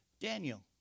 Daniel